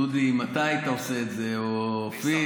דודי, אם אתה היית עושה את זה, או אופיר?